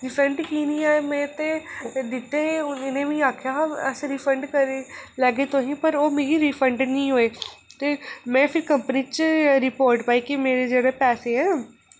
refund कीऽ निं आए में ते दित्ते ते इ'नें मिगी आखेआ हा असें रिफंड करी लैगे तुसें ई पर ओह् मिगी रिफंड निं होए ते में फिर कंपनी च रिपोर्ट पाई कि मेरे जेह्ड़े पैसे न